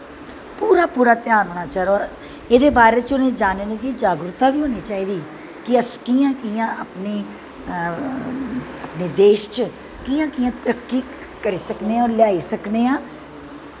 पूरा पूरा ध्यान होनां चाही दा एह्दे बारे च उनेंगी जानने दी जागरुकता बी होनीं चाही दी कि अस कियां कियां अपनें देश च कियां कियां तरक्की करी सकने आं लेआई सकने आं